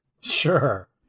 Sure